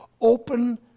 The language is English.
open